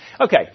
Okay